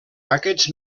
aquests